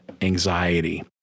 anxiety